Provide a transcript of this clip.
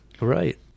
Right